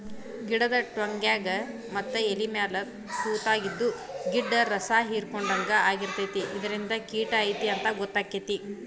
ಗಿಡದ ಟ್ವಂಗ್ಯಾಗ ಮತ್ತ ಎಲಿಮ್ಯಾಲ ತುತಾಗಿದ್ದು ಗಿಡ್ದ ರಸಾಹಿರ್ಕೊಡ್ಹಂಗ ಆಗಿರ್ತೈತಿ ಇದರಿಂದ ಕಿಟ ಐತಿ ಅಂತಾ ಗೊತ್ತಕೈತಿ